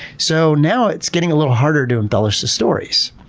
so now it's getting a little harder to embellish the stories.